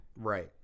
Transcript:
right